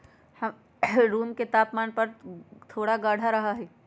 यह रूम के तापमान पर थोड़ा गाढ़ा रहा हई